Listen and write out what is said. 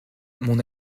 mon